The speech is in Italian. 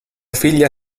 figlia